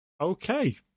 Okay